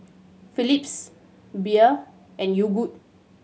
Philips Bia and Yogood